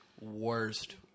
worst